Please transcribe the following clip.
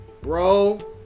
bro